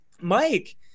Mike